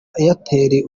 airtel